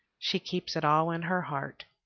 she keeps it all in her heart.